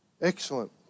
Excellent